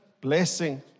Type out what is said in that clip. blessing